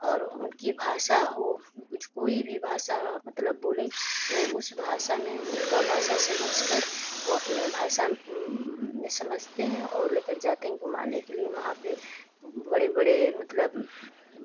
और उनकी भाषा वो कोई भी भाषा मतलब बोले वो उस भाषा में उनका भासा में समझ कर अपने भाषा में समझते हैं और लेकर जाते हैं घुमाने के लिए वहाँ पर बड़े बड़े मतलब